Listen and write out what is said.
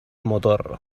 motor